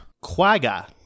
Quagga